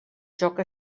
joc